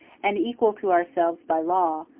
and equal to ourselves by law,